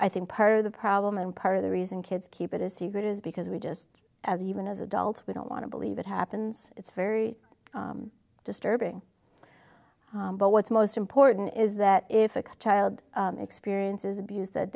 i think part of the problem and part of the reason kids keep it a secret is because we just as even as adults we don't want to believe it happens it's very disturbing but what's most important is that if a child experiences abuse that